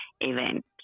event